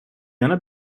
yana